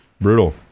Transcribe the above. Brutal